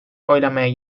oylamaya